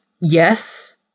Yes